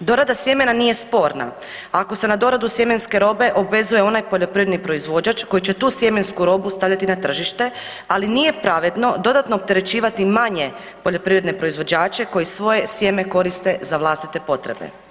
dorada sjemena nije sporna ako se na doradu sjemenske robe obvezuje onaj poljoprivredni proizvođač koji će tu sjemensku robu stavljati na tržišta, ali nije pravedno dodatno opterećivati manje poljoprivredne proizvođače koji svoje sjeme koriste za vlastite potrebe.